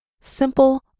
simple